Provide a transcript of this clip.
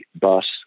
bus